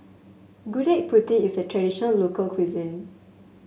Gudeg Putih is a traditional local cuisine